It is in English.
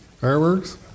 Fireworks